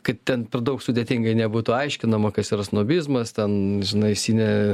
kaip ten per daug sudėtingai nebūtų aiškinama kas yra snobizmas ten žinai sine